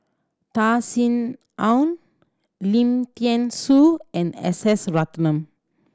Ta Sin Aun Lim Thean Soo and S S Ratnam